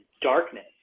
darkness